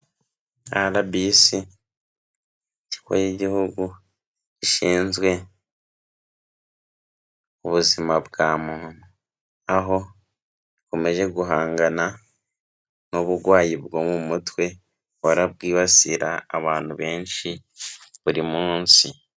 RBC, ikigo cy'igihugu gishinzwe ubuzima bwa muntu, aho bukomeje guhangana n'uburwayi bwo mu mutwe, buhora bwibasira abantu benshi, buri munsi.